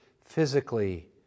physically